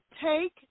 take